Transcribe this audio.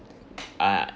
uh